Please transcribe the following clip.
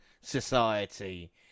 Society